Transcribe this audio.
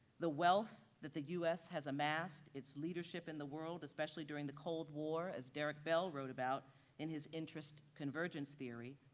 the wealth that the us has amassed, its leadership in the world, especially during the cold war, as derrick bell wrote about in his interest convergence theory,